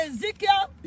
Ezekiel